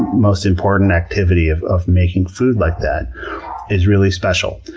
most important activity of of making food like that is really special.